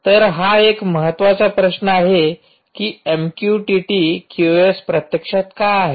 तर हा एक महत्त्वाचा प्रश्न आहे की एमक्यूटीटी क्यूओएस प्रत्यक्षात का आहे